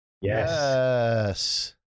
Yes